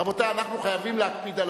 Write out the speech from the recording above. רבותי, אנחנו חייבים להקפיד על